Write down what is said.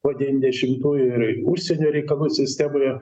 po devyniasdešimtųjų ir užsienio reikalų sistemoje